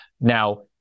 Now